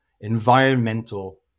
environmental